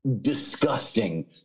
disgusting